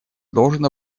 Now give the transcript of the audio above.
должен